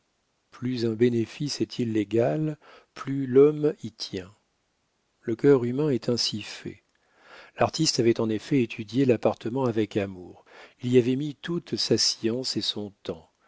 plus un bénéfice est illégal plus l'homme y tient le cœur humain est ainsi fait l'artiste avait en effet étudié l'appartement avec amour il y avait mis toute sa science et son temps